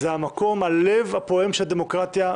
זה הלב הפועם של הדמוקרטיה,